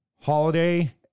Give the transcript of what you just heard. holiday